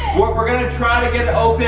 we're going to try to get it open,